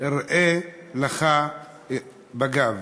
אירה לך בגב.